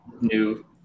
new